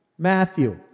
Matthew